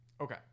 Okay